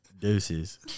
Deuces